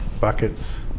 buckets